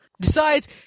decides